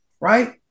right